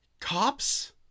cops